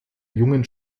jungen